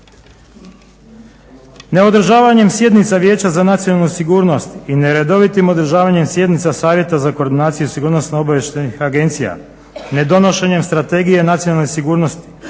Neodržavanjem sjednica Vijeća za nacionalnu sigurnost i neredovitim održavanjem sjednica Savjeta za koordinaciju sigurnosno-obavještajnih agencija ne donošenjem strategije nacionalne sigurnosti,